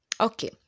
okay